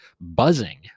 buzzing